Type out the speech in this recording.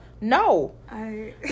No